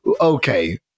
Okay